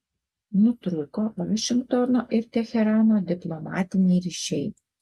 nutrūko vašingtono ir teherano diplomatiniai ryšiai